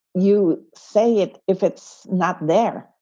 you say it. if it's not there,